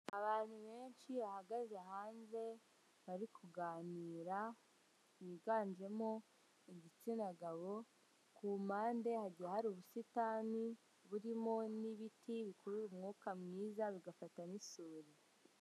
Abantu benshi bahagaze hanze bari kuganira higanjemo igitsina gabo ku mpande hajya hari ubusitani, burimo n'ibiti kuri umwuka mwiza bigafata n'isuri.